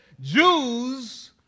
Jews